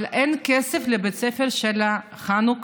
אבל אין כסף לבית ספר של חנוכה,